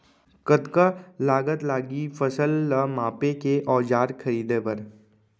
कतका लागत लागही फसल ला मापे के औज़ार खरीदे बर?